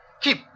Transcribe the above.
Keep